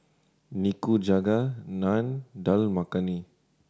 Nikujaga Naan Dal Makhani